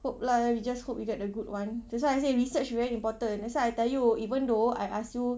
hope lah we just hope we get a good one that's why I say research very important that's why I tell you even though I ask you